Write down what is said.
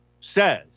says